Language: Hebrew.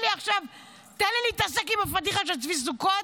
תן לי להתעסק עם הפדיחה של צבי סוכות.